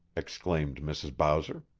exclaimed mrs. bowser.